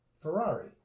Ferrari